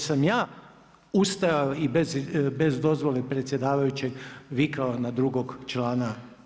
Jesam ja ustajao i bez dozvole predsjedavajućeg vikao na drugog člana?